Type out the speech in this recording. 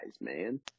man